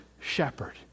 shepherd